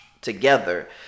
together